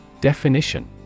Definition